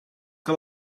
que